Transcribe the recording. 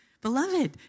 Beloved